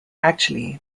actually